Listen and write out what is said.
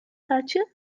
chacie